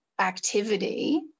activity